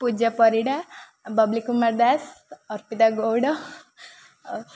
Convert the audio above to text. ପୂଜା ପରିଡ଼ା ବବଲି କୁମାର ଦାସ ଅର୍ପିତା ଗୌଡ଼ ଆଉ